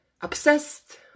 obsessed